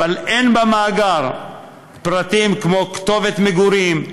אין במאגר פרטים כמו כתובת מגורים,